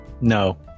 No